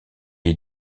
est